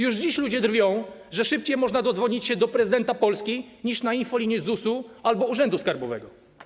Już dziś ludzie drwią, że szybciej można dodzwonić się do prezydenta Polski niż na infolinię ZUS albo urzędu skarbowego.